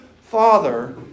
father